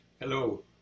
Hello